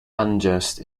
unjust